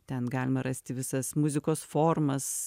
ten galima rasti visas muzikos formas